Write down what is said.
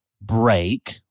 break